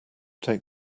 take